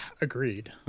agreed